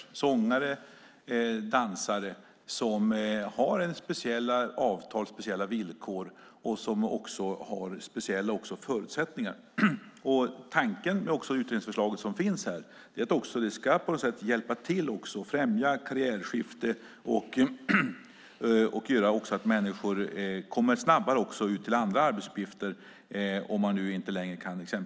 Det är sångare och dansare som har speciella avtal, speciella villkor och speciella förutsättningar. Tanken med det utredningsförslag som finns är att det på något sätt ska hjälpa till att främja karriärskifte och göra att människor snabbare kommer ut till andra arbetsuppgifter om de exempelvis inte längre kan dansa.